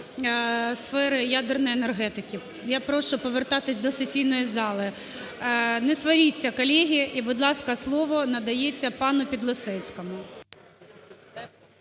сфери ядерної енергетики. Я прошу повертатися до сесійної зали. Не сваріться, колеги. І, будь ласка, слово надається пану Підлісецькому.